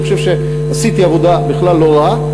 אני חושב שעשיתי עבודה בכלל לא רעה.